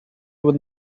when